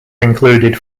included